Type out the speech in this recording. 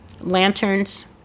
lanterns